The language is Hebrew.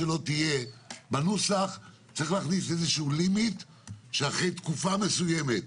בנוסח צריך להכניס איזה לימיט שאחרי תקופה מסוימת,